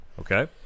Okay